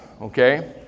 okay